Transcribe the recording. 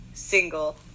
single